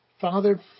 Father